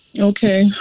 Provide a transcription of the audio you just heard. Okay